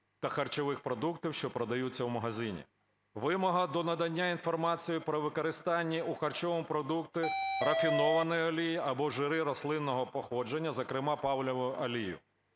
та харчових продуктів, що продаються в магазині; вимога до надання інформації про використання у харчовому продукті рафінованої олії або жири рослинного походження, зокрема пальмову олію;